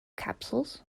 capsules